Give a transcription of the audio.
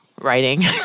writing